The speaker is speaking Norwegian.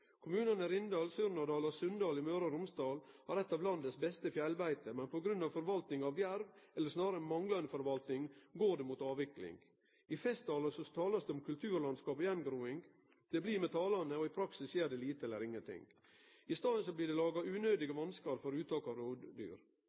Kommunane Rindal, Surnadal og Sunndal i Møre og Romsdal har eit av landets beste fjellbeite, men på grunn av forvaltinga av jerv, eller snarare manglande forvalting, går det mot avvikling. I festtalar høyrer ein om kulturlandskap og attgroing. Det blir med talane, i praksis skjer det lite eller ingenting. I staden blir det laga unødige vanskar for uttak av